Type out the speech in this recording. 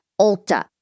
Ulta